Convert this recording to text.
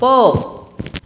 போ